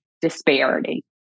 disparity